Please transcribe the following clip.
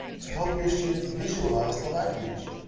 to help your students visualize the language.